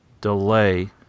delay